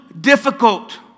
difficult